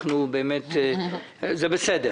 זה בסדר.